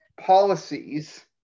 policies